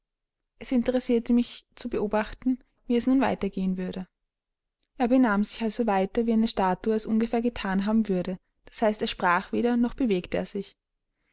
es interessierte mich zu beobachten wie es nun weiter gehen würde er benahm sich also weiter wie eine statue es ungefähr gethan haben würde das heißt er sprach weder noch bewegte er sich